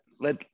let